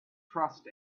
trust